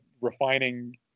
refining